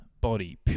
body